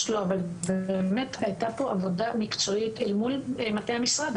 אבל באמת הייתה פה עבודה מקצועית אל מול מטה המשרד,